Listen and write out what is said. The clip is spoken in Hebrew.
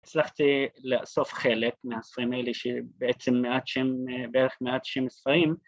‫הצלחתי לאסוף חלק מהספרים האלה ‫שבעצם מעט בערך מעט 90 ספרים.